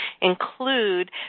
include